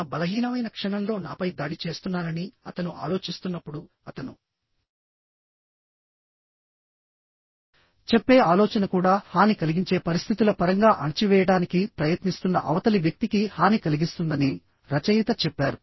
నా బలహీనమైన క్షణంలో నాపై దాడి చేస్తున్నానని అతను ఆలోచిస్తున్నప్పుడుఅతను చెప్పే ఆలోచన కూడా హాని కలిగించే పరిస్థితుల పరంగా అణచివేయడానికి ప్రయత్నిస్తున్న అవతలి వ్యక్తికి హాని కలిగిస్తుందని రచయిత చెప్పారు